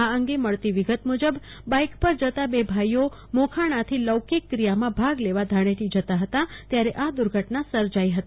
આ અંગે મળતી વિગત મુજબ બાઈક પર જતા બે ભાઈઓ મોખાણાથી લૌકિક ક્રિયામાં ભાગ લેવા ધાણેતી જતા હતા ત્યારે આ દુર્ધટના સર્જાઈ હતી